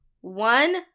One